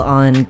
on